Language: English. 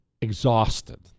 exhausted